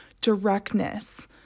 directness